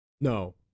no